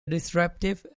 disruptive